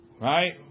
right